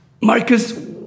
Marcus